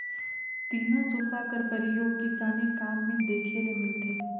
तीनो सूपा कर परियोग किसानी काम मे देखे ले मिलथे